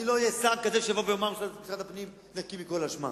אני לא אהיה שר כזה שיבוא ויאמר: משרד הפנים נקי מכל אשמה,